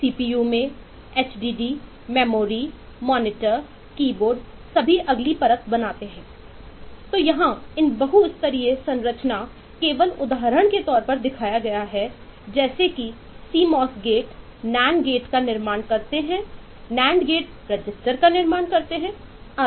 CPU का निर्माण करते हैं आदि